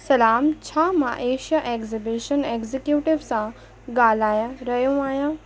सलाम छा मां एशिया एग्जीबिशन एग्जीक्यूटिव सां ॻाल्हाइ रहियो आहियां